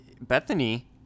Bethany –